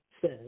says